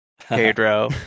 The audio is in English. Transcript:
Pedro